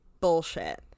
Bullshit